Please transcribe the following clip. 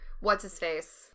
What's-his-face